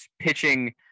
pitching